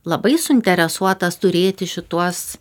labai suinteresuotas turėti šituos